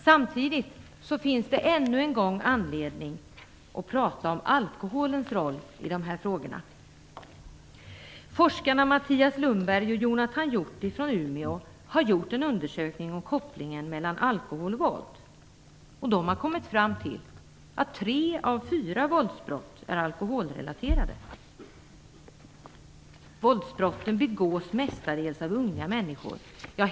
Samtidigt finns det anledning att ännu en gång prata om alkoholens roll i de här sammanhangen. Forskarna Mattias Lundberg och Jonatan Hjort från Umeå har gjort en undersökning om kopplingen mellan alkohol och våld. De har kommit fram till att tre av fyra våldsbrott är alkoholrelaterade. Våldsbrotten begås mestadels av unga människor.